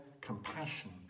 compassion